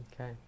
Okay